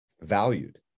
valued